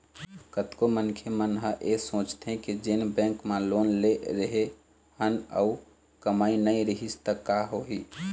कतको मनखे मन ह ऐ सोचथे के जेन बेंक म लोन ले रेहे हन अउ कमई नइ रिहिस त का होही